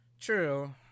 True